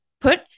put